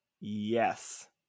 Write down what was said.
Yes